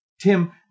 Tim